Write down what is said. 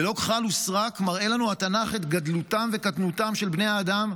ללא כחל ושרק מראה לנו התנ"ך את גדלותם וקטנותם של בני האדם,